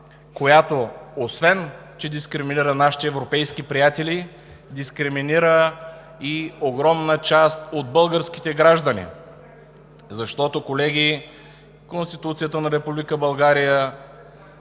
която освен че дискриминира нашите европейски приятели, дискриминира и огромна част от българските граждани. Защото, колеги, Конституцията на Република